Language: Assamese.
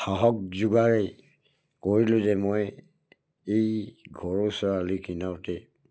সাহস যোগাৰ কৰিলোঁ যে মই এই ঘৰৰ চাৰিআলিৰ কিনাৰতে